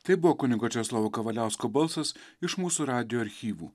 tai buvo kunigo česlovo kavaliausko balsas iš mūsų radijo archyvų